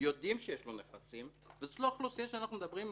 יודעים שיש לו נכסים זו לא אוכלוסייה שאנחנו מדברים עליה.